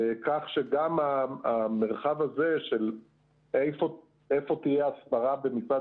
כך שגם המרחב הזה של איפה תהיה הסברה במשרד